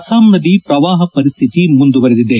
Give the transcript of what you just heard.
ಅಸ್ಸಾಂನಲ್ಲಿ ಪ್ರವಾಹ ಪರಿಸ್ತಿತಿ ಮುಂದುವರೆದಿದೆ